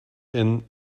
and